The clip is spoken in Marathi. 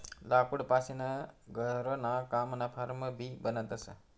लाकूड पासीन घरणा कामना फार्स भी बनवतस